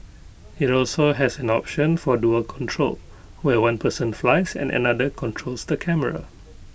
IT also has an option for dual control where one person flies and another controls the camera